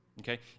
Okay